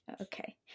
okay